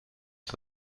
het